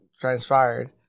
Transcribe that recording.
transpired